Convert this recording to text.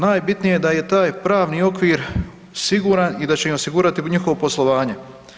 Najbitnije je da je taj pravni okvir siguran i da će im osigurati njihovo poslovanje.